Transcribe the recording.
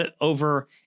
over